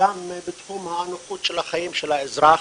וגם בתחום הנוחות של החיים של האזרח.